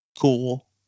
cool